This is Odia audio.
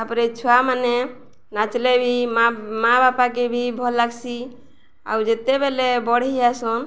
ତା'ପରେ ଛୁଆମାନେ ନାଚିଲେ ବି ମାଆ ମାଆ ବାପାକେ ବି ଭଲ୍ ଲାଗ୍ସି ଆଉ ଯେତେବେଲେ ବଢ଼ିଆସନ୍